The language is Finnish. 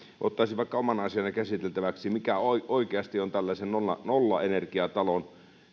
ottaisi vaikka omana asiana käsiteltäväksi mikä oikeasti on tällaisen nollaenergiatalon